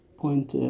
point